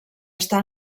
està